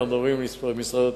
אנחנו מדברים על משרד התשתיות.